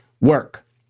work